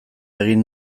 egin